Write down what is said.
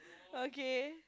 okay